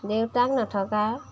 দেউতাক নথকা